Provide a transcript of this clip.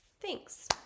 thanks